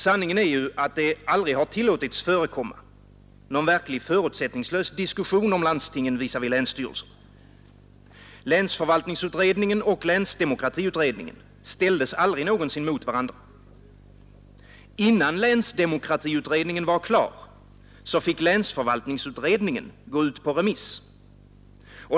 Sanningen är att det aldrig har tillåtits förekomma någon verkligt förutsättningslös diskussion om landstingen visavi länsstyrelser. Länsförvaltningsutredningen och länsdemokratiutredningen ställdes aldrig någonsin mot varandra. Innan länsdemokratiutredningen var klar fick länsförvaltningsutredningens betänkande gå ut på remiss.